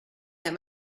that